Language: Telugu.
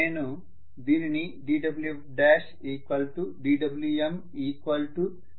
దీనిని నేను dWfdWmFdxగా రాయగలను